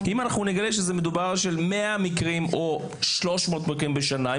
אם אנחנו נגלה שמדובר ב-100 מקרים או ב-300 מקרים בשנה,